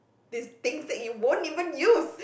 these things that you won't even use